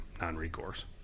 non-recourse